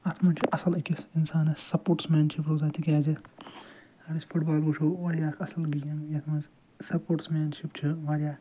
اتھ منٛز چھُ اصٕل أکِس اِنسانس سپوٹٕس مین شِپ روزان تِکیٛازٕ اگر أسۍ فُٹبال وُچھو اوڈَے اکھ آصٕل گیم یَتھ منٛز سپوٹٕس مین شِپ چھِ وارِیاہ